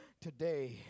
Today